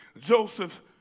Joseph